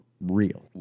real